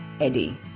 Eddie